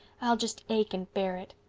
i'll just ache and bear it.